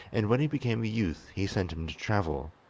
and when he became a youth he sent him to travel,